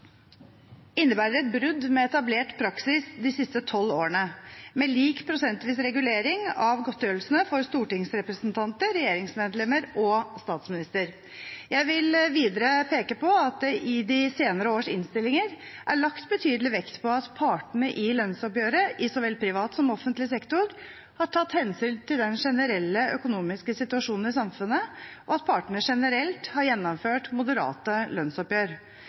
innebærer et brudd med etablert praksis de siste tolv årene, med lik prosentvis regulering av godtgjørelsene for stortingsrepresentanter, regjeringsmedlemmer og statsminister. Jeg vil videre peke på at det i de senere års innstillinger er lagt betydelig vekt på at partene i lønnsoppgjøret i så vel privat som offentlig sektor har tatt hensyn til den generelle økonomiske situasjonen i samfunnet, og at partene generelt har gjennomført moderate lønnsoppgjør.